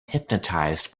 hypnotized